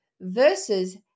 versus